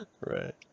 Right